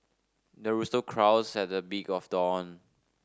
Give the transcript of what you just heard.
the rooster crows at the big of dawn